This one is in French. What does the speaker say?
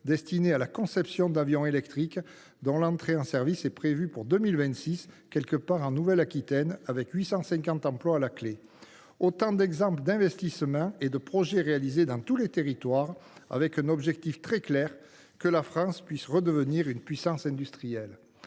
destinée à la conception d’avions électriques, dont l’entrée en service est prévue pour 2026, quelque part en Nouvelle Aquitaine, avec 850 emplois à la clé. Voilà autant d’exemples d’investissements et de projets dans tous les territoires, avec un objectif très clair : que la France puisse redevenir une puissance industrielle.